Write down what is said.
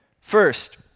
First